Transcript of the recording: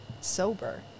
sober